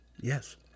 Yes